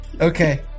Okay